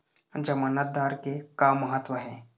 जमानतदार के का महत्व हे?